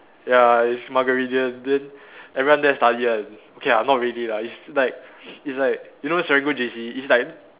ya it's muggeridian then everyone there study one okay ah not really lah it's like it's like you know Serangoon J_C it's like